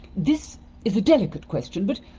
this is a delicate question, but,